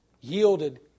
Yielded